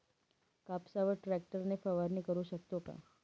कापसावर ट्रॅक्टर ने फवारणी करु शकतो का?